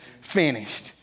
finished